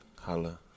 Holla